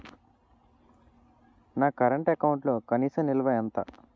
నా కరెంట్ అకౌంట్లో కనీస నిల్వ ఎంత?